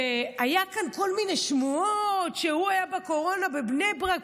היו כאן כל מיני שמועות שהוא היה בקורונה בבני ברק,